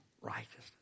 righteousness